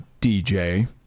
DJ